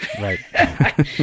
Right